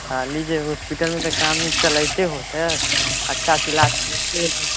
कहली जे हॉस्पिटलमे तऽ काम उम चलिते होतै अच्छासँ इलाज होतै होतै